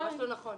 זה ממש לא נכון.